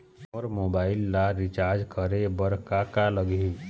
मोर mobile ला recharge करे बर का का लगही?